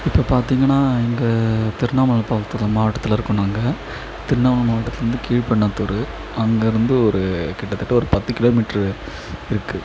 இப்போ பார்த்தீங்கன்னா இங்கே திர்ணாமலை பக்கத்தில் மாவட்டத்தில் இருக்கோம் நாங்கள் திர்ணாமலை மாவட்டத்திலருந்து கீழ்பெண்ணாத்தூர் அங்கேருந்து ஒரு கிட்டத்தட்ட ஒரு பத்து கிலோமீட்டரு இருக்குது